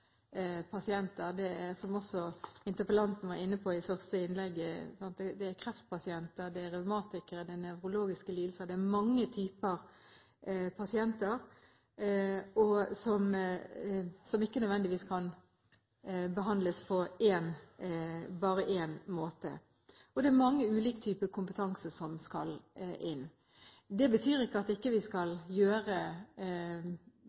pasienter – som også interpellanten var inne på i sitt første innlegg. Det gjelder kreftpasienter, det gjelder reumatikere, og det gjelder nevrologiske lidelser. Det er mange typer pasienter som ikke nødvendigvis kan behandles på bare én måte – og det er mange ulike typer kompetanse som skal inn. Det betyr ikke at vi ikke skal